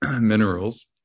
minerals